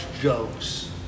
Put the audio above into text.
jokes